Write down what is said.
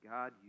God